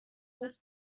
دست